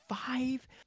five